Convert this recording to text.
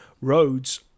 roads